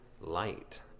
light